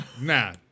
nah